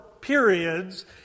periods